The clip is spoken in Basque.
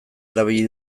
erabili